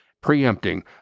preempting